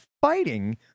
fighting